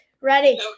ready